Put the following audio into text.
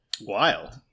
Wild